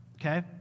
Okay